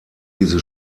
diese